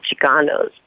Chicanos